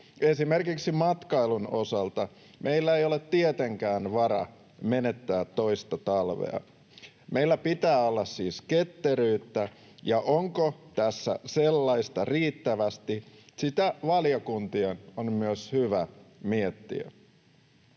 Esimerkiksi matkailun osalta meillä ei ole tietenkään varaa menettää toista talvea. Meillä pitää olla siis ketteryyttä, ja onko tässä sellaista riittävästi, sitä valiokuntien on myös hyvä miettiä.